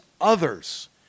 others